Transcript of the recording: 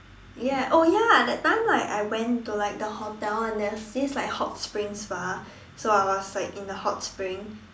ya oh ya that time like I went to like the hotel and there's this like hot spring spa so I was like in the hot spring